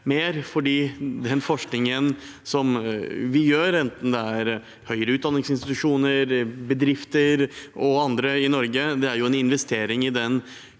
mer. Den forskningen vi gjør, enten det skjer i høyere utdanningsinstitusjoner, i bedrifter eller andre steder i Norge, er en investering i den